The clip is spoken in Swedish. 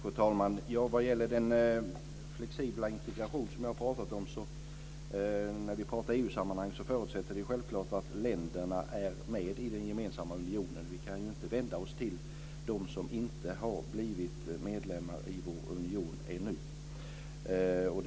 Fru talman! Vad gäller den flexibla integration som jag talat om kan jag säga att när vi talar om EU sammanhang förutsätter vi självklart att länderna är med i den gemensamma unionen. Vi kan inte vända oss till dem som inte har blivit medlemmar i vår union ännu.